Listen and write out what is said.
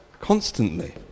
constantly